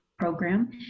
program